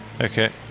Okay